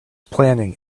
planning